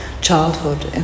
childhood